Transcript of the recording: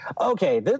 Okay